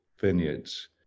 vineyards